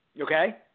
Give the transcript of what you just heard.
Okay